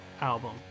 album